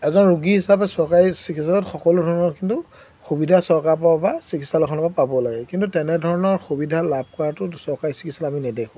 এজন ৰোগী হিচাপে চৰকাৰী চিকিৎসালয়ত সকলো ধৰণৰ কিন্তু সুবিধা চৰকাৰৰপৰা বা চিকিৎসালয়খনৰপৰা পাব লাগে কিন্তু তেনেধৰণৰ সুবিধা লাভ কৰাটো চৰকাৰী চিকিৎসালয়ত আমি নেদেখোঁ